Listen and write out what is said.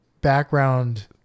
background